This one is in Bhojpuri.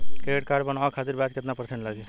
क्रेडिट कार्ड बनवाने खातिर ब्याज कितना परसेंट लगी?